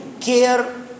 care